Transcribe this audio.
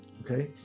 Okay